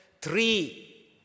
three